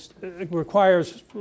requires